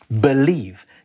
Believe